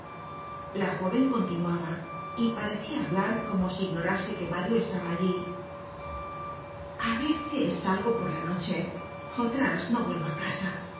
la jóven continuaba y parecia hablar como si ignorase que mario estaba allí a veces salgo por la noche otras no vuelvo á casa